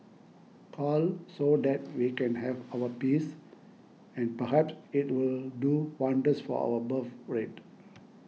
cull so that we can have our peace and perhaps it'll do wonders for our birthrate